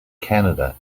canada